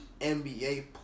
NBA